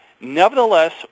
nevertheless